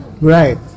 right